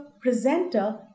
presenter